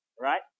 right